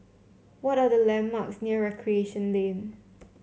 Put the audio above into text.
what are the landmarks near Recreation Lane